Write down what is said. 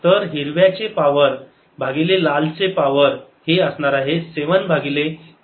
तर हिरव्याचे चे पावर भागिले लाल चे पावर हे असणार आहे 7 भागिले 5 चा घात 4 आहे 1